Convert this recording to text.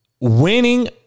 winning